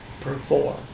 perform